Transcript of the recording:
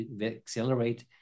accelerate